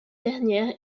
dernière